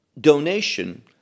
donation